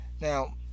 Now